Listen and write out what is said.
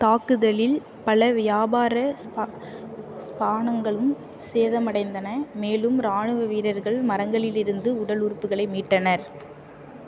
தாக்குதலில் பல வியாபார ஸ்பா ஸ்பானங்களும் சேதமடைந்தன மேலும் இராணுவ வீரர்கள் மரங்களிலிருந்து உடல் உறுப்புகளை மீட்டனர்